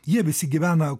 jie visi gyvena